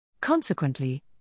Consequently